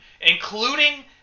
including